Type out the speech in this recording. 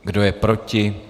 Kdo je proti?